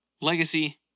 Legacy